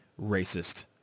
racist